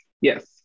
yes